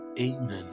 Amen